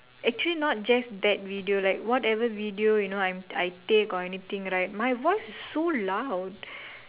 actually not just that video like whatever video you know I'm I take or anything right my voice is so loud